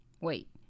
wait